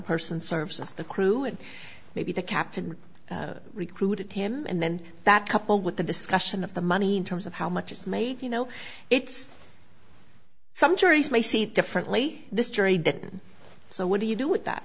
person serves us the crew and maybe the captain recruited him and then that coupled with the discussion of the money in terms of how much it's made you know it's some juries may see it differently this jury didn't so what do you do with that